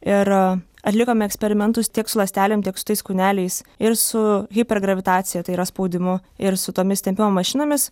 ir atlikome eksperimentus tiek su ląstelėm tiek su tais kūneliais ir su hipergravitacija tai yra spaudimu ir su tomis tempimo mašinomis